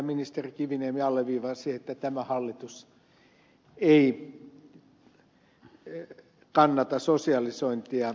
ministeri kiviniemi alleviivasi että tämä hallitus ei kannata sosialisointia